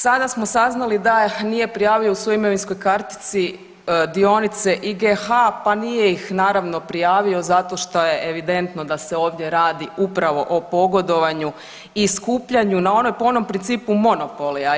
Sada smo saznali da nije prijavio u svojoj imovinskoj kartici dionice IGH, pa nije ih naravno prijavio zato što je evidentno da se ovdje radi upravo o pogodovanju i skupljanju po onom principu monopolya.